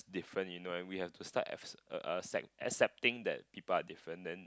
different you know and we have to start ac~ accepting that people are different then